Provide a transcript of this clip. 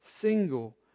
single